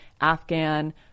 Afghan